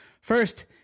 First